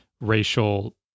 racial